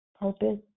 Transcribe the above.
purpose